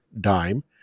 dime